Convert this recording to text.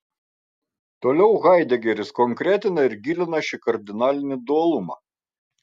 toliau haidegeris konkretina ir gilina šį kardinalinį dualumą